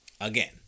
again